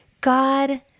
God